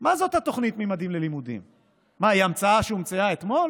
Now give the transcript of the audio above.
זה קרה בדיוק בגלל היכולת שלנו לקבל החלטות שהממשלה הקודמת ברחה